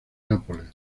nápoles